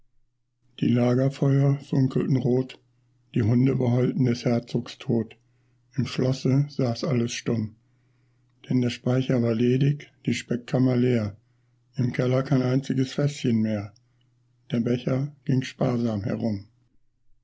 die lagerfeuer funkelten rot die hunde beheulten des herzogs tod im schlosse saß alles stumm denn der speicher war ledig die speckkammer leer im keller kein einziges fäßchen mehr der becher ging sparsam herum